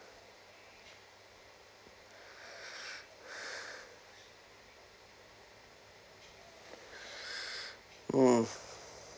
mm